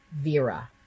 Vera